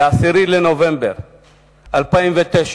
ב-10 בנובמבר 2009,